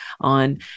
on